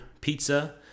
pizza